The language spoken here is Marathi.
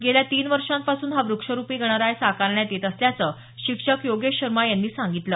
गेल्या तीन वर्षांपासून हा व्रक्षरूपी गणराय साकारण्यात येत असल्याचं शिक्षक योगेश शर्मा यांनी सांगितलं